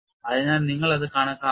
അതിനാൽ നിങ്ങൾ അത് കണക്കാക്കണം